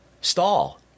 stall